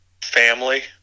family